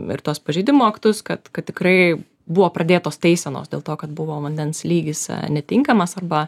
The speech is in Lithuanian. ir tuos pažeidimo aktus kad kad tikrai buvo pradėtos teisenos dėl to kad buvo vandens lygis netinkamas arba